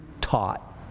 taught